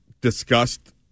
discussed